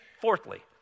Fourthly